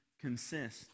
consist